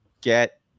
get